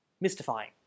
Mystifying